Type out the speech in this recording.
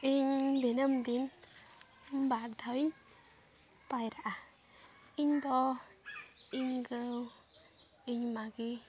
ᱤᱧ ᱫᱤᱱᱟᱹᱢ ᱫᱤᱱ ᱵᱟᱨ ᱫᱷᱟᱣ ᱤᱧ ᱯᱟᱭᱨᱟᱜᱼᱟ ᱤᱧᱫᱚ ᱤᱧ ᱜᱚ ᱤᱧ ᱢᱟ ᱜᱮ